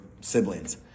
siblings